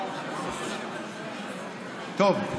טוב,